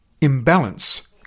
imbalance